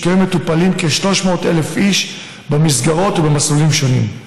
וכיום מטופלים כ-300,000 איש במסגרות ובמסלולים שונים.